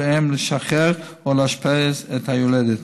אם לשחרר או לאשפז את היולדת.